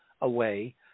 away